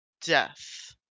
death